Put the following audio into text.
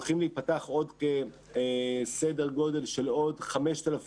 הולכים להיפתח סדר גודל של עוד 5,000